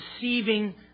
deceiving